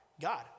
God